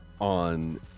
on